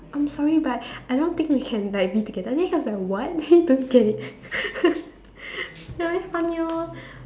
I'm sorry but I don't think we can like be together then he was like what he don't get it ya very funny lor